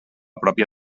pròpia